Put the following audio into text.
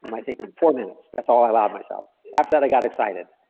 um i think in four minutes. that's all i allowed myself, after that i got excited.